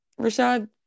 Rashad